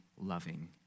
loving